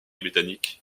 britannique